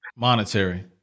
Monetary